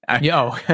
Yo